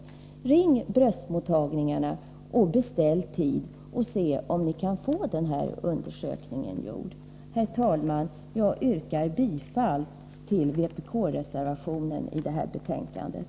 Ring bröstmottagningarna och beställ tid och se om ni kan få undersökningen gjord! Herr talman! Jag yrkar bifall till vpk-reservationen i det här betänkandet.